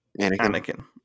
Anakin